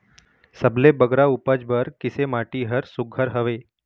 सबले बगरा उपज बर किसे माटी हर सुघ्घर हवे?